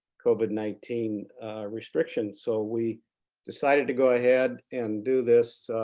covid nineteen restrictions, so we decided to go ahead and do this